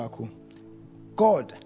God